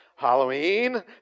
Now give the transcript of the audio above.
Halloween